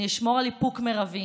אני אשמור על איפוק מרבי